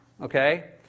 okay